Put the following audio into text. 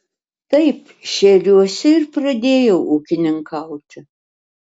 taip šėriuose ir pradėjau ūkininkauti